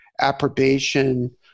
approbation